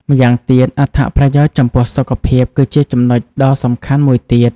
ម្យ៉ាងទៀត អត្ថប្រយោជន៍ចំពោះសុខភាព គឺជាចំណុចដ៏សំខាន់មួយទៀត។